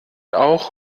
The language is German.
auch